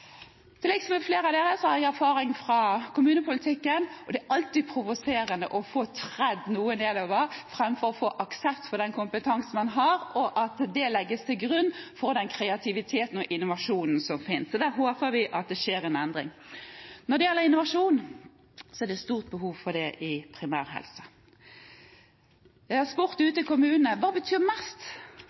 med flere av dere har jeg erfaring fra kommunepolitikken. Det er alltid provoserende å få tredd noe nedover seg, framfor å få aksept for den kompetansen man har, og at det legges til grunn for den kreativiteten og innovasjonen som finnes. Så der håper vi at det skjer en endring. Når det gjelder innovasjon, er det stort behov for det innenfor primærhelse. Jeg har spurt ute i kommunene: Hva betyr mest?